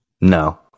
No